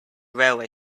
railway